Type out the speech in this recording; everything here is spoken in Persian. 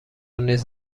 نیز